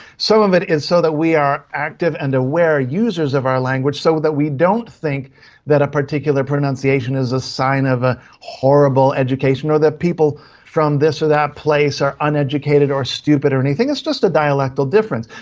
so of it is so that we are active and aware users of our language so that we don't think that a particular pronunciation is a sign of a horrible education or that people from this or that place are uneducated or stupid or anything, it's just a dialectical difference.